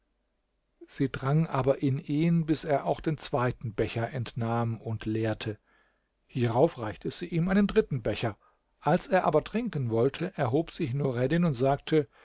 sie drang aber in ihn bis er auch den zweiten becher entnahm und leerte hierauf reichte sie ihm einen dritten becher als er aber trinken wollte erhob sich nureddin und sagte